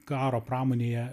karo pramonėje